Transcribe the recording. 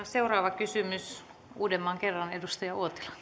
seuraava kysymys edustaja uotila